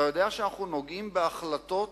אתה יודע שאנחנו נוגעים בהחלטות